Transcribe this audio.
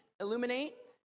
Illuminate